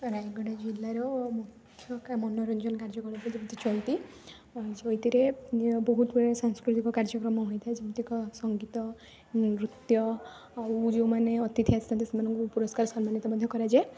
ରାୟଗଡ଼ା ଜିଲ୍ଲାରୁ ମୁଖ୍ୟ ମନୋରଞ୍ଜନ କାର୍ଯ୍ୟ ଯେମିତି ଚଇତି ଚଇତିରେ ବହୁତ ପ୍ରକାର ସାଂସ୍କୃତିକ କାର୍ଯ୍ୟକ୍ରମ ହୋଇଥାଏ ଯେମିତି କ ସଙ୍ଗୀତ ନୃତ୍ୟ ଆଉ ଯେଉଁମାନେ ଅତିଥି ଆସିଥାନ୍ତି ସେମାନଙ୍କୁ ପୁରସ୍କାର ସମ୍ମାନିତ ମଧ୍ୟ କରାଯାଏ